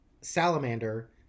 salamander